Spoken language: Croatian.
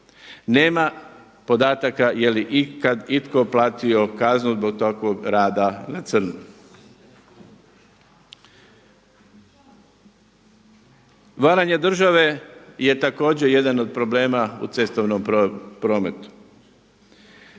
Nema podataka je li ikad itko platio kaznu zbog takvog rada na crno. Varanje države je također jedan od problema u cestovnom prometu.